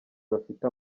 bafite